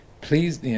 Please